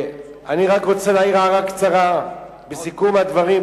אני רק רוצה להעיר הערה קצרה בסיכום הדברים,